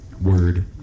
Word